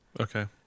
okay